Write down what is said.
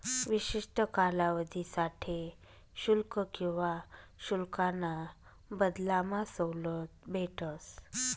विशिष्ठ कालावधीसाठे शुल्क किवा शुल्काना बदलामा सवलत भेटस